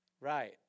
Right